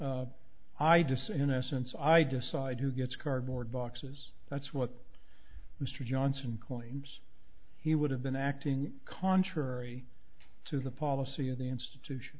disinvestments i decide who gets cardboard boxes that's what mr johnson claims he would have been acting contrary to the policy of the institution